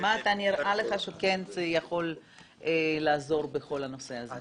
מה נראה לך שכן יכול לעזור בכל הנושא הזה?